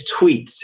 tweets